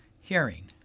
hearing